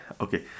okay